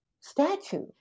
statue